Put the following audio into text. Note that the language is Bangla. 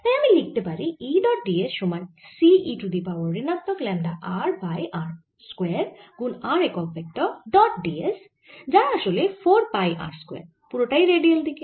তাই আমি লিখতে পারি E ডট d s সমান C e to the power ঋণাত্মক lambda r by r square গুন r একক ভেক্টর ডট d s যা আসলে 4 পাই r স্কয়ার পুরোটাই রেডিয়াল দিকে